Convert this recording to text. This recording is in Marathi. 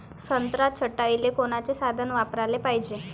संत्रा छटाईले कोनचे साधन वापराले पाहिजे?